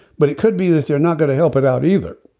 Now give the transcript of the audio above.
but it could be that they're not going to help it out either.